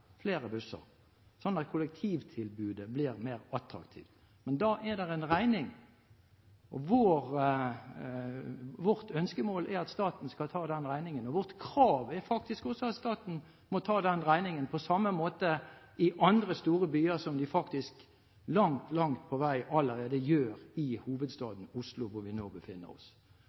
sånn at kollektivtilbudet blir mer attraktivt. Men da er det en regning. Vårt ønskemål er at staten skal ta den regningen. Vårt krav er faktisk at staten må ta den regningen på samme måte i andre store byer som den faktisk langt, langt på vei allerede gjør i hovedstaden Oslo, hvor vi nå befinner oss.